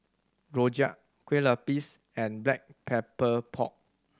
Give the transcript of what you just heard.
rojak Kueh Lapis and Black Pepper Pork